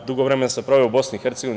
Dugo vremena sam proveo u BiH.